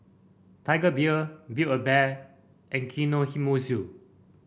Tiger Beer Build A Bear and Kinohimitsu